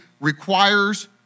requires